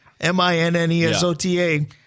M-I-N-N-E-S-O-T-A